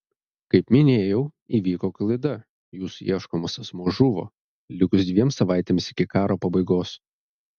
kaip minėjau įvyko klaida jūsų ieškomas asmuo žuvo likus dviem savaitėms iki karo pabaigos